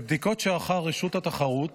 בבדיקות שערכה רשות התחרות